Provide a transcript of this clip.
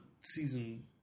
season